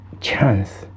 chance